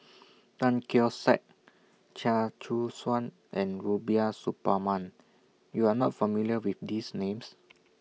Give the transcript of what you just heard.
Tan Keong Saik Chia Choo Suan and Rubiah Suparman YOU Are not familiar with These Names